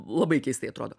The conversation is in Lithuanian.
labai keistai atrodo